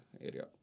area